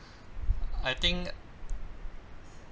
I think